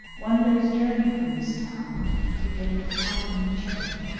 one day's journey from this town he came to pau-in-chen,